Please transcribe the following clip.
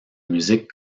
musique